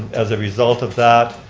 as a result of that,